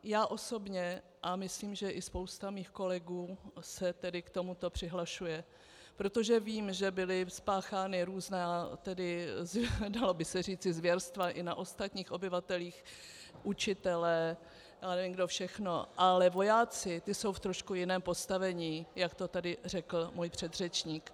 Já osobně a myslím, že i spousta mých kolegů se k tomuto přihlašujeme, protože vím, že byla spáchána různá dalo by se říci zvěrstva i na ostatních obyvatelích, učitelé, nevím kdo všechno, ale vojáci, ti jsou v trošku jiném postavení, jak to tady řekl můj předřečník.